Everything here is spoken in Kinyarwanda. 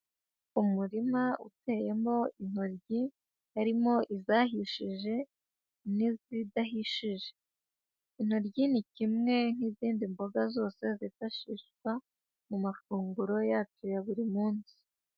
Umurima uteyemo intoryi, harimo izahishije n'izidahishije. Intor ni kimwe nk'izindi mboga zose zifashishwa mu mafunguro yacu ya buri munsi.